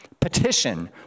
Petition